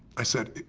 i said,